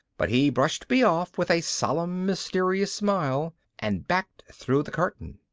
but he brushed me off with a solemn mysterious smile and backed through the curtain.